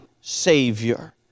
Savior